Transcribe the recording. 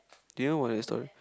do you know about that story